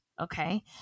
Okay